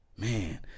Man